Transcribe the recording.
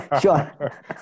Sure